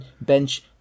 bench